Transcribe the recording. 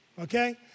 okay